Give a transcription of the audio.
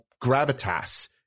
gravitas